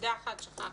נקודה אחת, שכחתי.